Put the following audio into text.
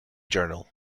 journal